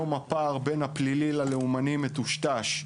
היום הפער בין הפלילי ללאומני הוא מטושטש.